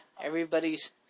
Everybody's